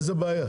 איזו בעיה?